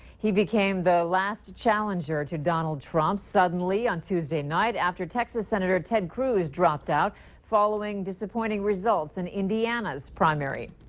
he became the last challenger to donald trump suddenly on tuesday night after texas senator ted cruz dropped out following disappointing results in indiana's primary.